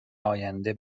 آینده